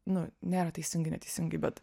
nu nėra teisingai neteisingai bet